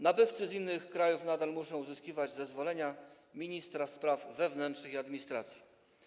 Nabywcy z innych krajów nadal muszą uzyskiwać zezwolenia ministra spraw wewnętrznych i administracji.